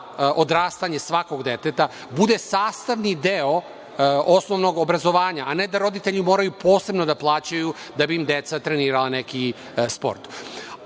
odrastanje svakog deteta bude sastavni deo osnovnog obrazovanja, a ne da roditelji moraju posebno da plaćaju da bi im deca trenirala neki